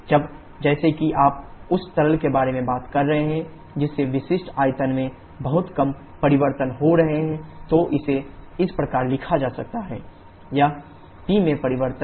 अब जैसे कि आप उस तरल के बारे में बात कर रहे हैं जिसके विशिष्ट आयतन में बहुत कम परिवर्तन हो रहे हैं तो इसे इस प्रकार लिखा जा सकता है dPv νdP या P में परिवर्तन